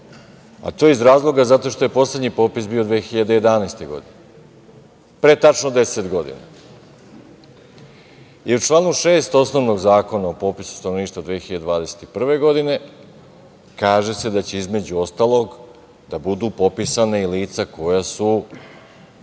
a to iz razloga zato što je poslednji popis bio 2011. godine, pre tačno 10 godina.U članu 6. osnovnog Zakona o popisu stanovništva 2021. godine kaže se da će, između ostalog, da budu popisana i lica koja se